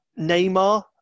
Neymar